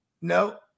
No